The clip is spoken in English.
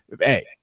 Hey